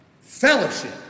Fellowship